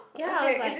ya I was like